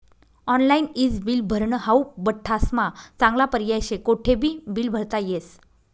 online ईज bill भरनं हाऊ बठ्ठास्मा चांगला पर्याय शे, कोठेबी बील भरता येस